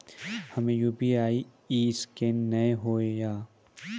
हमर UPI scan नेय हो या?